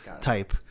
type